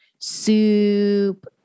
Soup